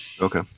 Okay